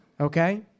okay